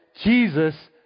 Jesus